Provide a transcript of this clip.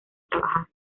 trabajar